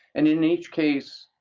and in each case,